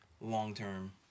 long-term